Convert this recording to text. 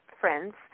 friends